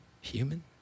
human